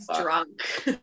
drunk